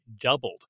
doubled